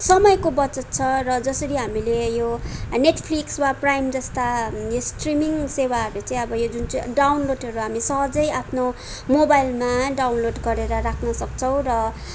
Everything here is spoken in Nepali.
समयको बचत छ र जसरी हामीले यो नेटफ्लिक्स् वा प्राइम जस्ता स्ट्रिमिङ सेवाहरू चाहिँ अब यो जुन चाहिँ डाउनलोडहरू हामी सहजै आफ्नो मोबाइलमा डाउनलोड गरेर राख्नसक्छौँ र